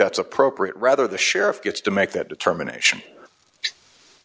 that's appropriate rather the sheriff gets to make that determination